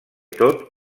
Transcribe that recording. tot